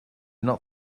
not